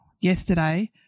yesterday